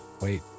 wait